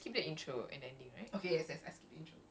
right oh you skip you skip the